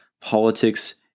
politics